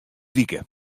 wike